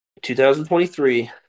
2023